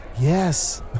Yes